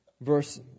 Verse